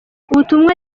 ubutumwa